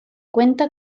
cuenta